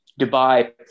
Dubai